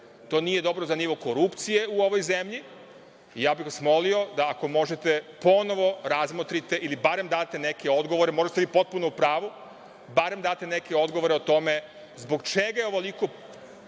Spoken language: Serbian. nije dobro za nivo korupcije u ovoj zemlji i ja bih vas molio da ako možete ponovo razmotrite ili barem date neke odgovore, možda ste vi potpuno u pravu, barem date neke odgovore o tome zbog čega je ovoliko